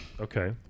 Okay